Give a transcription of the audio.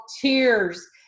Tears